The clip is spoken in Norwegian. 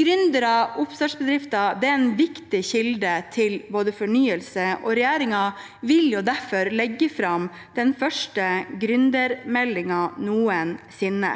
Gründere og oppstartsbedrifter er en viktig kilde til fornyelse, og regjeringen vil derfor legge fram den første gründermeldingen noensinne.